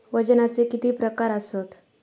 वजनाचे किती प्रकार आसत?